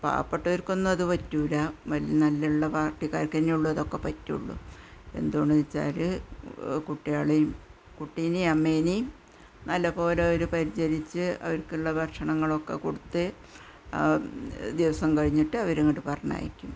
പാവപ്പെട്ടവര്ക്കൊന്നും അത് പറ്റില്ല നല്ല ഉള്ള പാര്ട്ടിക്കാര്ക്ക് തന്നെ ഇതൊക്കെ പറ്റുള്ളൂ എന്തുകൊണ്ടെന്ന് വച്ചാൽ കുട്ടികളേയും കുട്ടിനേയും അമ്മയേയും നല്ല പോലെ ഓര് പരിചരിച്ച് അവര്ക്കുള്ള ഭക്ഷണങ്ങളൊക്കെ കൊടുത്ത് ആ ദിവസം കഴിഞ്ഞിട്ട് അവരിങ്ങോട്ട് പറഞ്ഞയക്കും